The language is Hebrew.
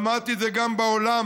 למדתי את זה גם בעולם,